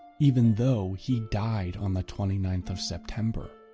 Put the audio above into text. even though he died on the twenty ninth of september.